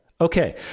Okay